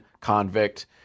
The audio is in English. convict